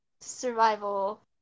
survival